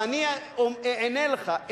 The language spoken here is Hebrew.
ואני אענה לך,